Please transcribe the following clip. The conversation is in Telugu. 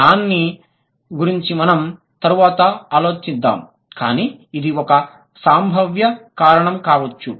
దాని గురించి మనం తరువాత ఆలోచిద్దాము కానీ ఇది ఒక సంభావ్య కారణం కావచ్చు